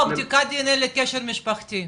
או בדיקה דנ”א לקשר משפחתי?